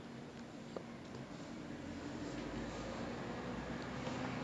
ah that's the first one second one I will be like என்னோட தம்பிங்க ரெண்டுபேரு:ennoda thambinga renduperu